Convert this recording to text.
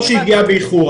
אני אשמח להתייחס לנושא הזה.